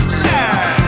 sad